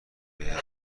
بهت